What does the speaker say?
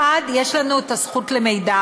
מחד גיסא יש לנו את הזכות למידע,